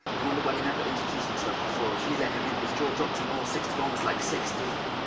and wondered why he'd never introduced himself before, as she let him in, his jaw dropped in awe. sixty one was like sixty,